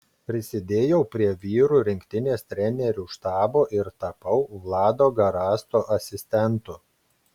prisidėjau prie vyrų rinktinės trenerių štabo ir tapau vlado garasto asistentu